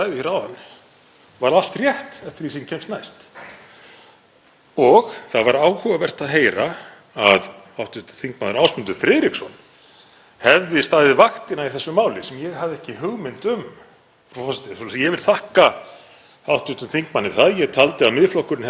hefði staðið vaktina í þessu máli sem ég hafði ekki hugmynd um, frú forseti. Ég vil þakka hv. þingmanni það. Ég taldi að Miðflokkurinn hefði verið nánast einn í að benda á ágallana á þessu fráleita máli Pírata sem ríkisstjórnin tók svo upp á sína arma.